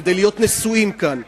כדי להיות נשואים כאן.